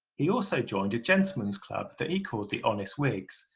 he also joined a gentleman's club that he called the honest whigs,